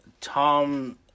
Tom